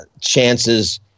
chances